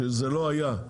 שזה לא היה,